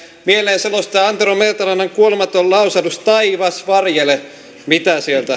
mieleen selostaja antero mertarannan kuolematon lausahdus taivas varjele mitä